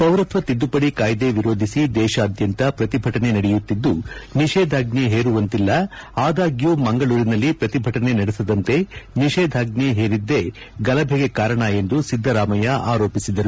ಪೌರತ್ವ ತಿದ್ದುಪಡಿ ಕಾಯ್ದೆ ವಿರೋಧಿಸಿ ದೇತಾದ್ಯಂತ ಪ್ರತಿಭಟನೆ ನಡೆಯುತ್ತಿದ್ದು ನಿಷೇಧಾಜ್ಞೆ ಹೇರುವಂತಿಲ್ಲ ಆದಾಗ್ಯೂ ಮಂಗಳೂರಿನಲ್ಲಿ ಪ್ರತಿಭಟನೆ ನಡೆಸದಂತೆ ನಿಷೇಧಾಜ್ಞೆ ಹೇರಿದ್ದೇ ಗಲಭೆಗೆ ಕಾರಣ ಎಂದು ಸಿದ್ದರಾಮಯ್ಯ ಆರೋಪಿಸಿದರು